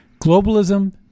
Globalism